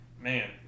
man